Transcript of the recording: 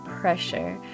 pressure